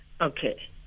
Okay